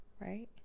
right